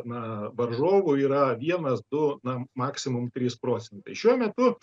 na varžovų yra vienas du na maksimum trys procentai šiuo metu